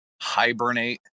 hibernate